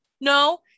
No